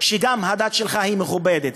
שגם הדת שלו מכובדת,